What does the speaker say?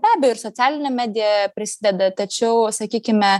be abejo ir socialinė medija prisideda tačiau sakykime